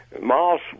Moss